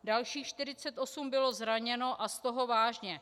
Dalších 48 bylo zraněno a z toho vážně.